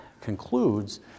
concludes